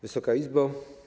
Wysoka Izbo!